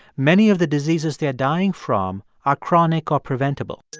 many of the diseases they're dying from are chronic or preventable